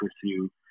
pursue